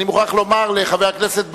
אני מוכרח לומר לחבר הכנסת בר-און,